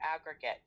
aggregate